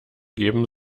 geben